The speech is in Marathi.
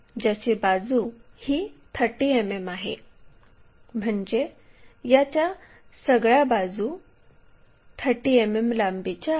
ज्याची बाजू ही 30 मिमी आहे म्हणजे या सगळ्या बाजू 30 मिमी लांबीच्या आहेत